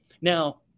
now